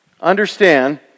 understand